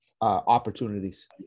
opportunities